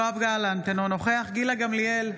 יואב גלנט, אינו נוכח גילה גמליאל,